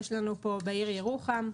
בעיר ירוחם,